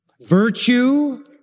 virtue